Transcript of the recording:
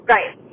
Right